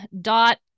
dot